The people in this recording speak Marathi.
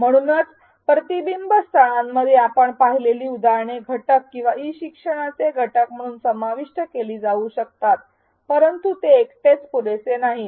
म्हणूनच प्रतिबिंब स्थळांमध्ये आपण पाहिलेली उदाहरणे घटक किंवा ई शिक्षणाचे घटक म्हणून समाविष्ट केली जाऊ शकतात परंतु ते एकटेच पुरेसे नाहीत